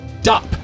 Stop